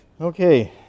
Okay